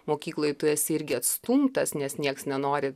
mokykloj tu esi irgi atstumtas nes niekas nenori